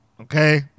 okay